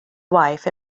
wife